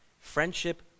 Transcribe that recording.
Friendship